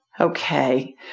Okay